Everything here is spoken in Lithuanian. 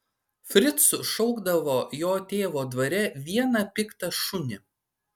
fricu šaukdavo jo tėvo dvare vieną piktą šunį